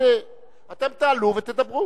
אתם תעלו ותדברו.